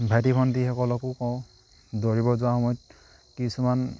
ভাইটি ভণ্টিসকলকো কওঁ দৌৰিব যোৱাৰ সময়ত কিছুমান